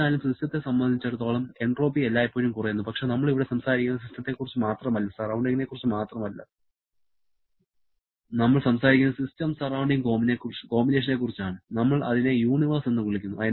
എന്നിരുന്നാലും സിസ്റ്റത്തെ സംബന്ധിച്ചിടത്തോളം എൻട്രോപ്പി എല്ലായ്പ്പോഴും കുറയുന്നു പക്ഷേ നമ്മൾ ഇവിടെ സംസാരിക്കുന്നത് സിസ്റ്റത്തെക്കുറിച്ച് മാത്രമല്ല സറൌണ്ടിങ്ങിനെ കുറിച്ച് മാത്രമല്ല നമ്മൾ സംസാരിക്കുന്നത് സിസ്റ്റം സറൌണ്ടിങ് കോമ്പിനേഷനെക്കുറിച്ചാണ് നമ്മൾ അതിനെ യൂണിവേഴ്സ് എന്ന് വിളിക്കുന്നു